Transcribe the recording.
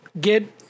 get